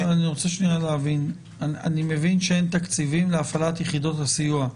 אני רוצה להבין: אני מבין שאין תקציבים להפעלת יחידות הסיוע.